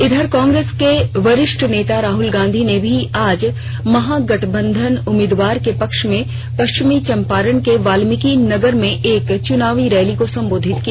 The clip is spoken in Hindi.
इधर कांग्रेस के वरिष्ठ नेता राहुल गांधी ने भी आज महागठबंधन उम्मीदवार के पक्ष में पश्चिमी चंपारण के वाल्मीकी नगर में एक चुनावी रैली को संबोधित किया